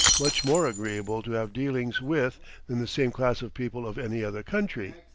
much more agreeable to have dealings with than the same class of people of any other country,